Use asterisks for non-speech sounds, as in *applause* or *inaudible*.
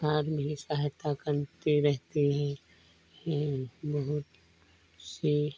*unintelligible* भी सहायता करती रहती है यह बहुत सी